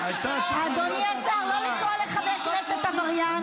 אדוני השר, לא לקרוא לחבר כנסת עבריין.